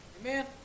Amen